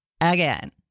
again